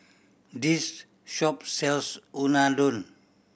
this shop sells Unadon